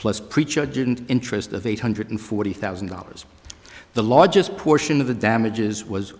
plus preacher didn't interest of eight hundred forty thousand dollars the largest portion of the damages was